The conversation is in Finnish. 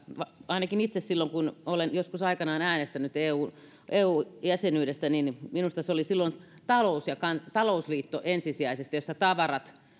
ainakin silloin kun olen itse joskus aikanaan äänestänyt eu jäsenyydestä minusta se oli silloin ensisijaisesti talousliitto jossa tavarat